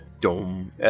Dome